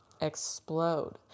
explode